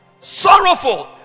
sorrowful